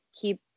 keep